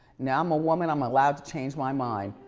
now, i'm a woman, i'm allowed to change my mind.